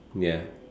ya